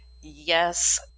yes